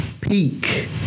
peak